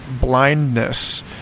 blindness